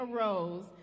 arose